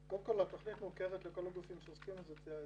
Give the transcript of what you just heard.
קודם כל, התוכנית מוכרת לכל הגופים שעוסקים בזה.